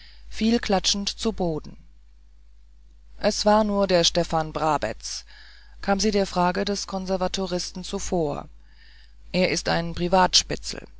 fiel klatschend zu boden es war nur der stefan brabetz kam sie der frage des konservatoristen zuvor er ist ein